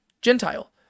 gentile